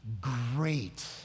great